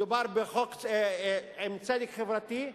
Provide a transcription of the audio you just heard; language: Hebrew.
מדובר בחוק עם צדק חברתי,